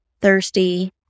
thirsty